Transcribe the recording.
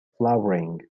flowering